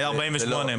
48 שעות.